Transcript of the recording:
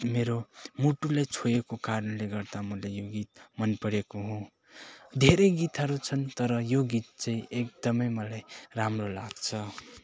मेरो मुटुले छोएको कारणले गर्दा मलाई यो गीत मन परेको हो धेरै गीतहरू छन् तर यो गीत चाहिँ एकदमै मलाई राम्रो लाक्छ